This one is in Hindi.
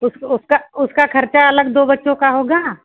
उस उसका उसका खर्चा अलग दो बच्चों का होगा